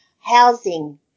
housing